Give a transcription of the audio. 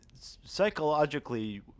psychologically